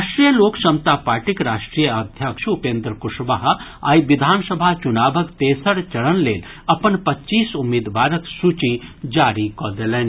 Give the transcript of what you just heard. राष्ट्रीय लोक समता पार्टीक राष्ट्रीय अध्यक्ष उपेन्द्र कुशवाहा आइ विधानसभा चुनावक तेसर चरण लेल अपन पच्चीस उम्मीदवारक सूची जारी कऽ देलनि